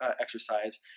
exercise